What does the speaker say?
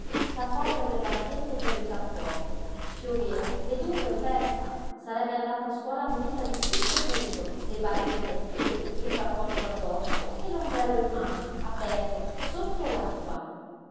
scappò per le barchette e per il cappotto pioveva e dunque festa sarebbe andata a scuola munita di tutto punto le barchette ai piedi il cappotto addosso e l'ombrello in mano aperto sotto